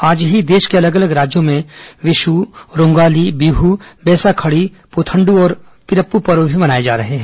आज ही देश के अलग अलग राज्यों में विशु रोंगाली बीह वैसाखड़ी पुथंड् और पिरप्पु पर्व भी मनाए जा रहे हैं